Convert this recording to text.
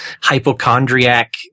hypochondriac